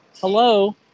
hello